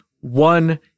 one